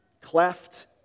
cleft